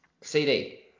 CD